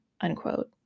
unquote